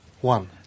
one